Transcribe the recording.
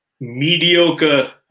mediocre